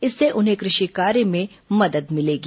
इससे उन्हें कृषि कार्य में मदद मिलेगी